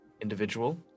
individual